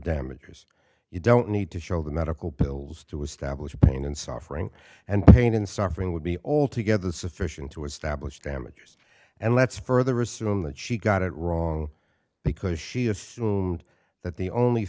damages you don't need to show the medical bills to establish pain and suffering and pain and suffering would be altogether sufficient to establish damages and let's further assume that she got it wrong because she assumed that the only